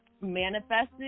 manifested